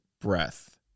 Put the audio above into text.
breath